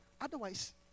otherwise